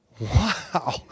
Wow